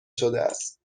شدهاست